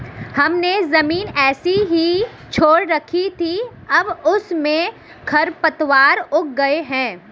हमने ज़मीन ऐसे ही छोड़ रखी थी, अब उसमें खरपतवार उग गए हैं